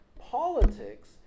Politics